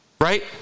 right